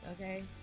okay